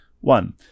One